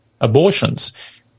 abortions